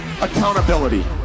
accountability